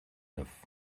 neuf